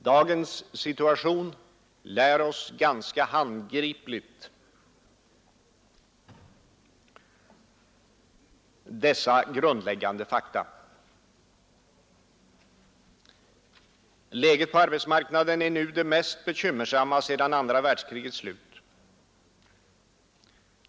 Dagens situation lär oss ganska handgripligt dessa grundläggande fakta. Läget på arbetsmarknaden är nu det mest bekymmersamma sedan andra världskrigets slut.